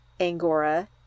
Angora